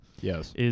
Yes